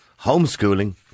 homeschooling